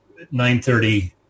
9.30